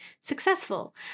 successful